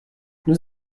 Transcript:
vous